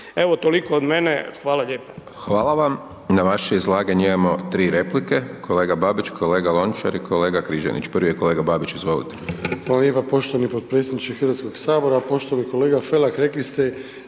Evo, toliko od mene. Hvala lijepa.